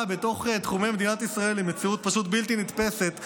בתוך תחומי מדינת ישראל היא מציאות פשוט בלתי נתפסת,